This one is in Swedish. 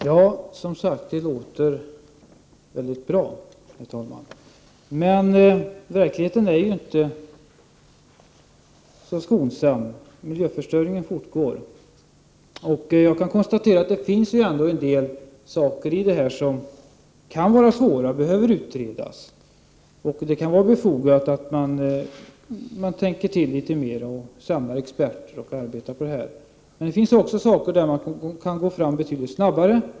Herr talman! Allt detta låter väldigt bra. Men verkligheten är inte särskilt skonsam, utan miljöförstöringen fortgår. Jag vill framhålla att det finns en del saker i detta sammanhang som kan vara svåra och som behöver utredas. Det kan därför vara befogat att tänka till litet mera eller att samla experter när det gäller arbetet med dessa frågor. Men det finns också saker som medger att man kan gå fram betydligt snabbare.